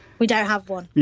we don't have one